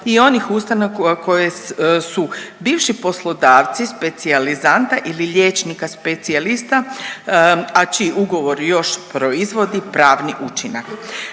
i onih ustanova koje su bivši poslodavci specijalizanta ili liječnika specijalista a čiji ugovor još proizvodi pravni učinak.